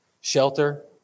Shelter